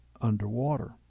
underwater